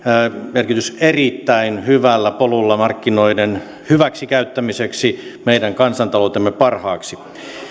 merkitys erittäin hyvällä polulla markkinoiden hyväksikäyttämiseksi meidän kansantaloutemme parhaaksi